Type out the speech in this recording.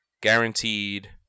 Guaranteed